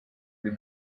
les